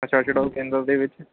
ਨਸ਼ਾ ਛਡਾਊ ਕੇਂਦਰ ਦੇ ਵਿੱਚ